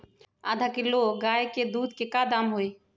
आधा किलो गाय के दूध के का दाम होई?